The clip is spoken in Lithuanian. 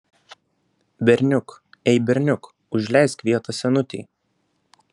berniuk ei berniuk užleisk vietą senutei